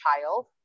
child